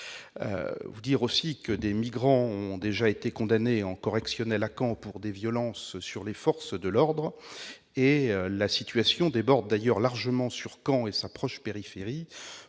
un fait avéré. Des migrants ont déjà été condamnés en correctionnelle à Caen pour des violences sur les forces de l'ordre. La situation déborde d'ailleurs largement sur Caen et sa proche périphérie,